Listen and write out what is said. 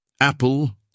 Apple